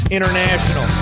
International